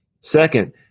Second